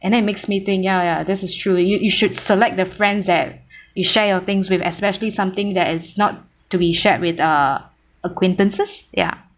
and then it makes me think ya ya this is true you you should select the friends that you share your things with especially something that is not to be shared with uh acquaintances ya